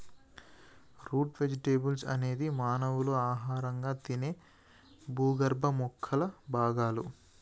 route vegetables అనేది మానవులు ఆహారంగా తినే భూగర్భ మొక్కల భాగాలు